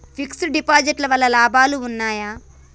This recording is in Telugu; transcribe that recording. ఫిక్స్ డ్ డిపాజిట్ వల్ల లాభాలు ఉన్నాయి?